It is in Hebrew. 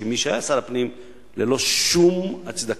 כמי שהיה שר הפנים: ללא שום הצדקה.